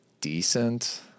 decent